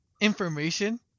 information